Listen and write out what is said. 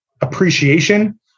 appreciation